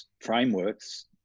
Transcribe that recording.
frameworks